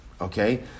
Okay